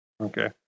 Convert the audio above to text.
Okay